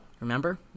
remember